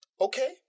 Okay